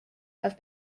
have